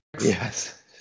Yes